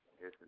Yes